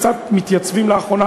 קצת מתייצבים לאחרונה,